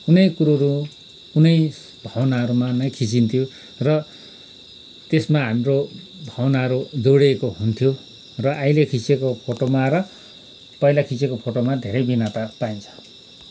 कुनै कुरोहरू कुनै भावनाहरूमा नै खिँचिन्थ्यो र त्यसमा हाम्रो भावनाहरू जोडिएको हुन्थ्यो र अहिले खिँचेको फोटोमा र पहिला खिँचेको फोटोमा धेरै भिन्नता पाइन्छ